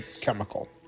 chemical